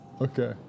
Okay